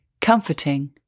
comforting